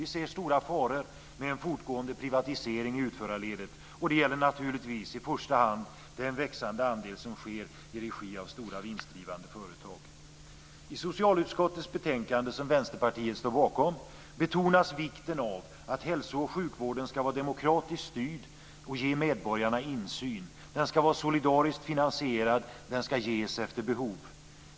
Vi ser stora faror med en fortgående privatisering i utförarledet, och det gäller naturligtvis i första hand den växande andel som sker i regi av stora vinstdrivande företag. I socialutskottets betänkande, som Vänsterpartiet står bakom, betonas vikten av att hälso och sjukvården ska vara demokratiskt styrd och ge medborgarna insyn. Den ska vara solidariskt finansierad. Den ska ges efter behov.